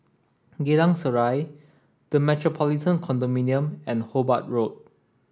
Geylang Serai The Metropolitan Condominium and Hobart Road